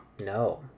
No